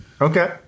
Okay